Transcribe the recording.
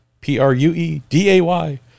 p-r-u-e-d-a-y